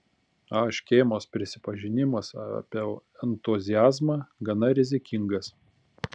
a škėmos prisipažinimas apie entuziazmą gana rizikingas